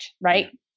right